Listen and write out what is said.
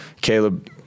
Caleb